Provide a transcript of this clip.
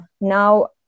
now